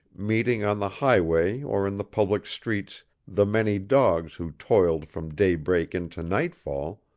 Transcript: meeting on the highway or in the public streets the many dogs who toiled from daybreak into nightfall,